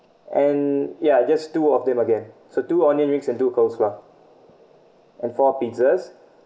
and ya just two of them again so two onion rings and two coleslaw and four pizzas